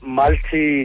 multi